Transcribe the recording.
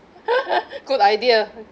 good idea